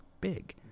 big